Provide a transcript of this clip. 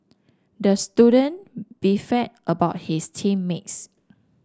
the student beefed about his team mates